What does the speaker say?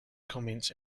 comments